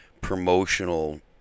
promotional